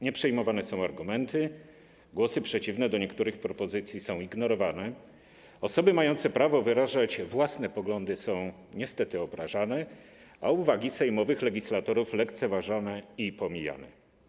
Nie są przyjmowane argumenty, głosy przeciwne odnośnie do niektórych propozycji są ignorowane, osoby mające prawo wyrażać własne poglądy są niestety obrażane, a uwagi sejmowych legislatorów są lekceważone i pomijane.